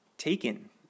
Taken